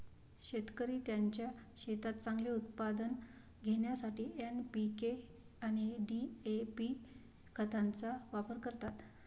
शेतकरी त्यांच्या शेतात चांगले उत्पादन घेण्यासाठी एन.पी.के आणि डी.ए.पी खतांचा वापर करतात